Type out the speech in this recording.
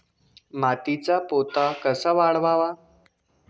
मातीचा पोत कसा वाढवावा?